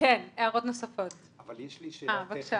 אבל יש לי שאלה טכנית.